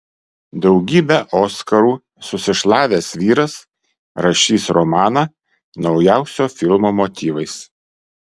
daugybę oskarų susišlavęs vyras rašys romaną naujausio filmo motyvais